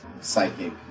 psychic